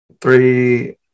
three